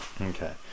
Okay